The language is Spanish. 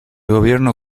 gobierno